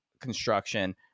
construction